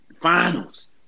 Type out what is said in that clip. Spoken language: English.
Finals